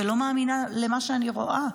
ולא מאמינה למה שאני רואה,